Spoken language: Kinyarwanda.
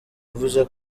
mvuze